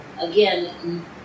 again